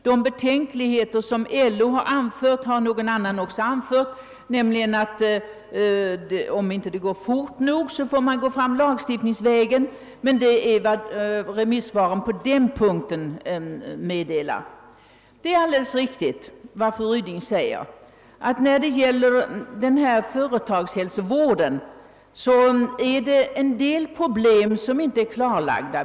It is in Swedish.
De betänkligheter som LO och även någon annan remissinstans anfört innebär endast att om utbyggnaden av företagshälsovården inte går fort nog måste man kanske slå in på lagstiftningsvägen. Det är vad remissvaren meddelar på den punkten. Det är alldeles riktigt som fru Ryding säger att en del problem beträffande företagshälsovården ännu inte är lösta.